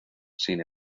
sin